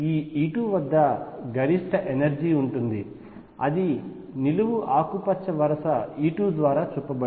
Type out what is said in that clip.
ఈ E2 వద్ద గరిష్ట ఎనర్జీ ఉంటుంది అది నిలువు ఆకుపచ్చ వరుస E2 ద్వారా చూపబడింది